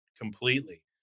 completely